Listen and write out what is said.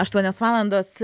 aštuonios valandos